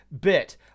bit